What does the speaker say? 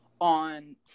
on